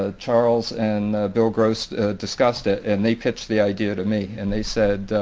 ah charles and bill gross discussed it and they pitched the idea to me. and they said,